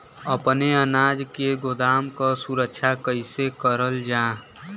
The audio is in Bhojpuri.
अपने अनाज के गोदाम क सुरक्षा कइसे करल जा?